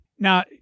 Now